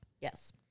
Yes